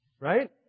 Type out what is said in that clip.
Right